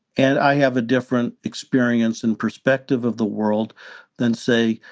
and i have a different experience and perspective of the world than, say,